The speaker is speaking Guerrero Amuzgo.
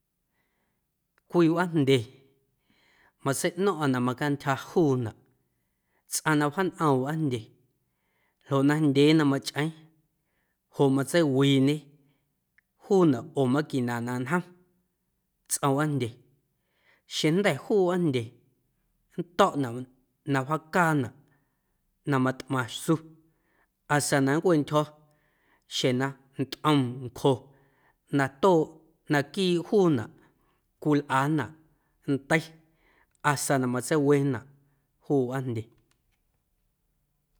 Cwii wꞌaajndye matseiꞌno̱ⁿꞌa na macaantyja juunaꞌ tsꞌaⁿ na wjaañꞌoom wꞌaajndye ljoꞌ najndyee na machꞌeeⁿ joꞌ matseiwiiñe juunaꞌ oo maquina na ñjom tsꞌom wꞌaajndye xeⁿjnda̱ juu wꞌaajndye nnto̱ꞌnaꞌ na wjaacaanaꞌ na matꞌmaⁿ su hasa na nncweꞌntyjo̱ xjeⁿ na ntꞌom ncjo na tooꞌ naquiiꞌ juunaꞌ cwilꞌanaꞌ ndei hasa na matseiwenaꞌ juu wꞌaajndye.